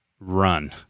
run